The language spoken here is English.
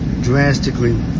Drastically